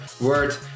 word